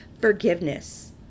Forgiveness